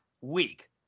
week